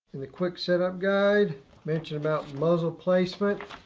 in the quick setup guide mention about muzzle placement.